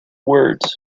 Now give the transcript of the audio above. words